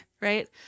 right